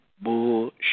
bullshit